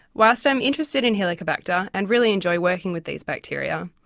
whilst i'm interested in helicobacter and really enjoy working with these bacteria,